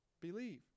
Believe